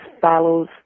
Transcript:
follows